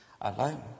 alone